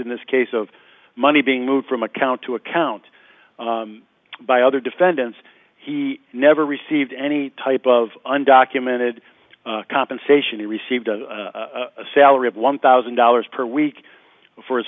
in this case of money being moved from account to account by other defendants he never received any type of undocumented compensation he received a salary of one thousand dollars per week for his